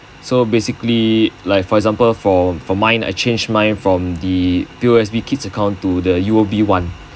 so basically like for example for mine I changed mine from the P_O_S_B kids account to the U_O_B one